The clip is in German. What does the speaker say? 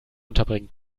unterbringen